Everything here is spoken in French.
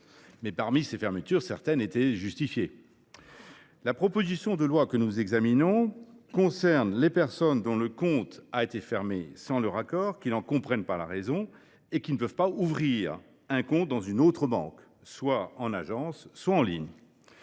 Mais parmi ces fermetures, certaines étaient justifiées. La proposition de loi que nous examinons concerne les personnes dont le compte a été fermé sans leur accord, qui n’en comprennent pas la raison et qui ne peuvent ouvrir un compte dans une autre banque, soit en agence, soit en ligne.